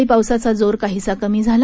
सकाळी पावसाचा जोर काहीसा कमी झाला